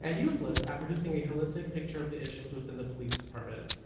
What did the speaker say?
and useless although ah producing a holistic picture of the issues within the police department.